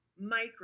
micro-